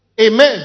Amen